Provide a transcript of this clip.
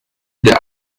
der